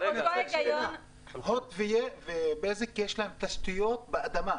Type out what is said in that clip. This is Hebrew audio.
הוט ובזק, יש להן תשתיות באדמה.